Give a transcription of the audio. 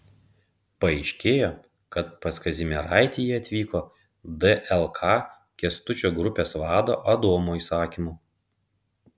paaiškėjo kad pas kazimieraitį jie atvyko dlk kęstučio grupės vado adomo įsakymu